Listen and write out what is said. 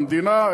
המדינה,